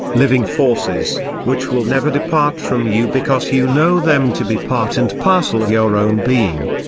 living forces, which will never depart from you because you know them to be part and parcel of your own being.